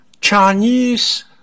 Chinese